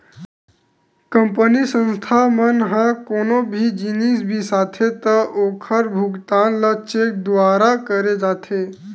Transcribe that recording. company, संस्था मन ह कोनो भी जिनिस बिसाथे त ओखर भुगतान ल चेक दुवारा करे जाथे